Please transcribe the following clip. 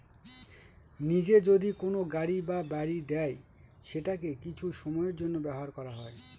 নিজে যদি কোনো গাড়ি বা বাড়ি দেয় সেটাকে কিছু সময়ের জন্য ব্যবহার করা হয়